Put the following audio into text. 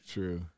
True